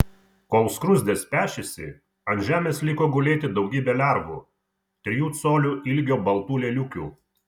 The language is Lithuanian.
kol skruzdės pešėsi ant žemės liko gulėti daugybė lervų trijų colių ilgio baltų lėliukių